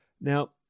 Now